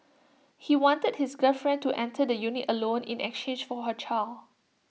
he wanted his girlfriend to enter the unit alone in exchange for her child